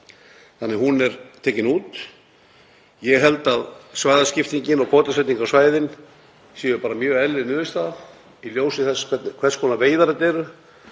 þannig að hún er tekin út. Ég held að svæðaskiptingin og kvótasetning á svæðin sé bara mjög eðlileg niðurstaða í ljósi þess hvers konar veiðar þetta eru.